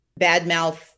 badmouth